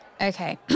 Okay